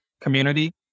community